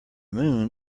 moon